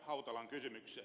hautalan kysymykseen